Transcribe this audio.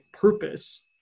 purpose